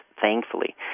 thankfully